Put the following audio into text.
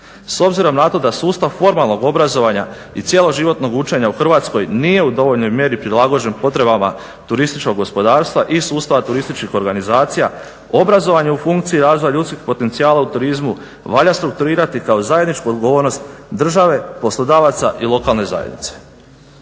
S obzirom na to da sustav formalnog obrazovanja i cjeloživotnog učenja u Hrvatskoj nije u dovoljnoj mjeri prilagođen potrebama turističkog gospodarstva i sustava turističkih organizacija obrazovanja u funkciji razvoja ljudskih potencijala u turizmu valja strukturirati kao zajedničku odgovornost države, poslodavaca i lokalne zajednice.